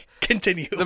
Continue